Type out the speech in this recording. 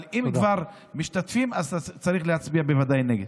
אבל אם כבר משתתפים, אז בוודאי צריך להצביע נגד.